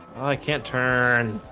i can't turn